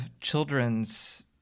children's